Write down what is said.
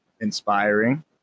inspiring